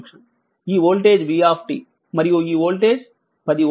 ఈ voltage v మరియు ఈ వోల్టేజ్ 10 వోల్ట్